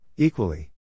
Equally